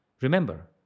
Remember